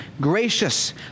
gracious